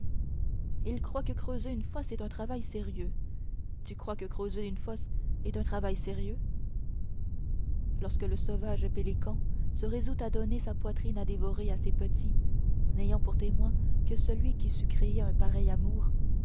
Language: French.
il croit que creuser une fosse est un travail sérieux tu crois que creuser une fosse est un travail sérieux lorsque le sauvage pélican se résout à donner sa poitrine à dévorer à ses petits n'ayant pour témoin que celui qui sut créer un pareil amour